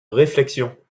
réflexion